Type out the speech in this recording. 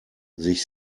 sich